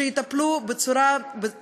שיטפלו בצורה,